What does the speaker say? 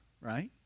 right